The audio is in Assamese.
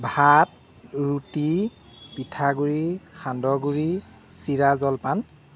ভাত ৰুটি পিঠা গুৰি সান্দহ গুৰি চিৰা জলপান